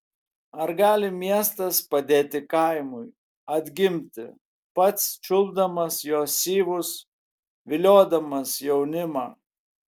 ar gali miestas padėti kaimui atgimti pats čiulpdamas jo syvus viliodamas jaunimą